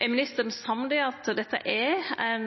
Er utanriksministeren samd i at dette er ein